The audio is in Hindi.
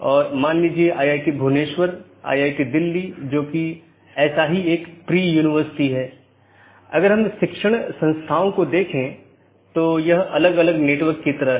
और यह बैकबोन क्षेत्र या बैकबोन राउटर इन संपूर्ण ऑटॉनमस सिस्टमों के बारे में जानकारी इकट्ठा करता है